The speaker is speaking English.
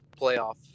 playoff